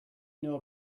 know